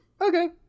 Okay